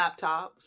laptops